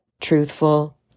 truthful